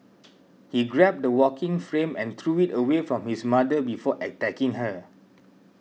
he grabbed the walking frame and threw it away from his mother before attacking her